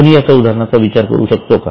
कोणी याच्या उदाहरणाचा विचार करू शकतो का